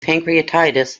pancreatitis